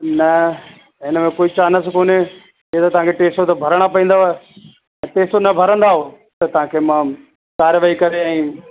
न हिन में कोई चानस कोने इहो तव्हांखे टे सौ त भरिणा पवंदव त टे सौ न भरंदव त तव्हांखे मां काररवाई करे ऐं